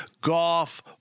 golf